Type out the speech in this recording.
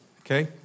okay